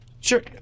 Sure